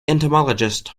entomologist